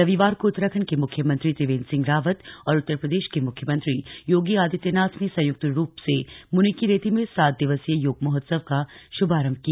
रविवार को उत्तराखण्ड के मुख्यमंत्री त्रिवेन्द्र सिंह रावत और उत्तर प्रदेश के मुख्यमंत्री योगी आदित्य नाथ ने संयुक्त रूप से मुनिकीरेती में सात दिवसीय योग महोत्सव का शुभारम्भ किया